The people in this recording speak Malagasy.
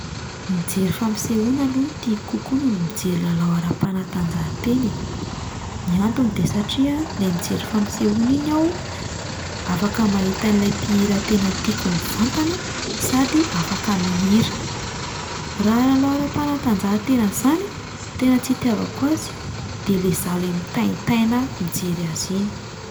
Mijery fampisehoana aloha no tiako kokoa noho ny mijery lalao ara-panatanjahantena e, ny antony de satria 'lay mijery fampisehoana iny aho afaka mahita an'ilay mpihira tena tiako mivantana sady afaka mihira, raha lalao ara-panatanjahantena izany tena tsy itiavako azy de le izaho 'lay mitaintaina mijery azy iny.